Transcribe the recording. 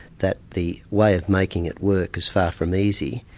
that the way of making it work is far from easy,